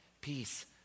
peace